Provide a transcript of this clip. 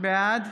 בעד